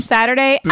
Saturday